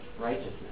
righteousness